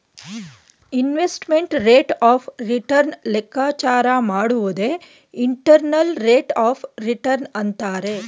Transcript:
investment rate of return ಲೆಕ್ಕಾಚಾರ ಮಾಡುವುದೇ internal rate of return ಅಂತರೆ